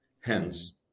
hence